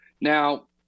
Now